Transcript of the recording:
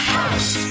House